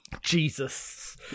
Jesus